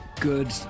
good